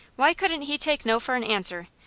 why couldn't he take no for an answer,